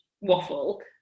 waffle